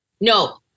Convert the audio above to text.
No